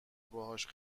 باهاش